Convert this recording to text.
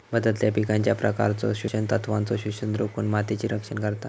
बदलत्या पिकांच्या प्रकारचो पोषण तत्वांचो शोषण रोखुन मातीचा रक्षण करता